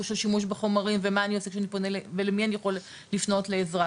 של שימוש בחומרים ולמי אני יכול לפנות לעזרה.